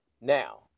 Now